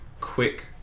quick